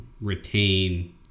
retain